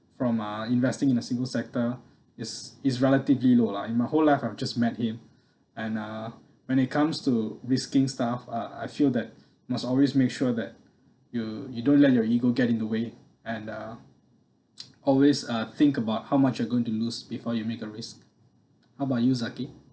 from ah investing in a single sector is is relatively low lah in my whole life I've just met him and uh when it comes to risking stuff uh I feel that must always make sure that you you don't let your ego get in the way and uh always uh think about how much you're going to lose before you make a risk how about you zaki